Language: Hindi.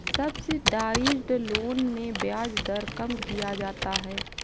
सब्सिडाइज्ड लोन में ब्याज दर कम किया जाता है